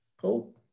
cool